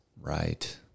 Right